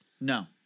No